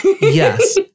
Yes